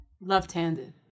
Left-handed